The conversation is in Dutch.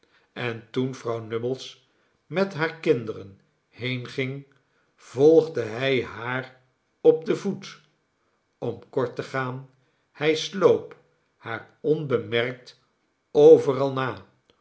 en toen vrouw nubbles met hare kinderen heenging volgde hij haar op den voet om kort te gaan hij sloop haar onbemerkt overal na